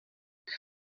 què